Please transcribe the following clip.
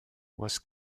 was